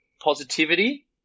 Positivity